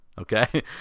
Okay